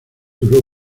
duró